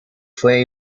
fue